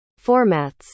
formats